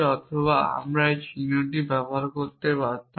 অথবা আমি এই চিহ্নটি ব্যবহার করতে পারতাম